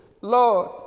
Lord